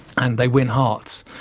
and they win hearts.